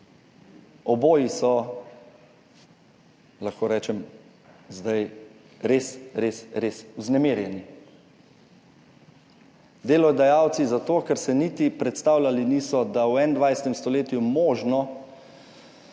Oboji so, lahko rečem zdaj, res res, res vznemirjeni. Delodajalci, zato ker si niti predstavljali niso, da v 21. stoletju možno